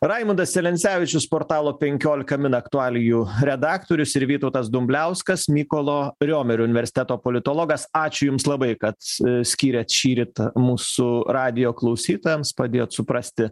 raimundas celencevičius portalo penkiolika min aktualijų redaktorius ir vytautas dumbliauskas mykolo riomerio universiteto politologas ačiū jums labai kad skyrėt šįryt mūsų radijo klausytojams padėjot suprasti